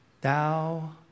thou